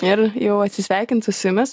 ir jau atsisveikinsiu su jumis